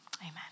amen